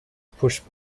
pushed